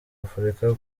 afurika